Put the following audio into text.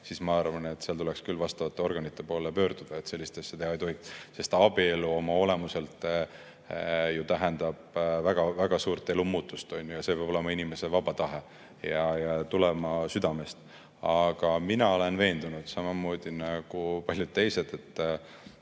siis ma arvan, et tuleks küll vastavate organite poole pöörduda. Sellist asja teha ei tohi. Abielu oma olemuselt ju tähendab väga-väga suurt elumuutust ja see peab olema inimese vaba tahe ja tulema südamest. Aga mina olen veendunud, samamoodi nagu paljud teised, et